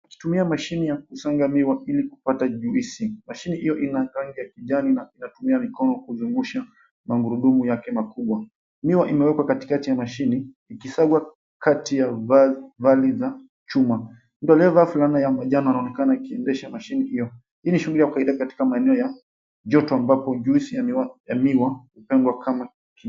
Kutumia mashine ya kusonga miwa ili kupata juisi. Mashini hio ina rangi ya kijani na inatumia mikono kuzungusha magurudumu yake makubwa. Miwa imewekwa katikati ya mashini, ikisagwa kati ya vali za chuma. Mtu aliyevaa fulana ya manjano anaonekana akiendesha mashini hio. Hii ni shughuli ya kawaida katika maeneo ya joto, ambapo juisi ya miwa ambapo hupendwa kama ki...